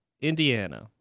indiana